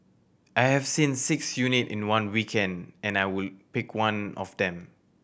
I have seen six unit in one weekend and I would pick one of them